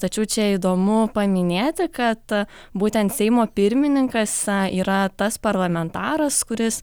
tačiau čia įdomu paminėti kad būtent seimo pirmininkas yra tas parlamentaras kuris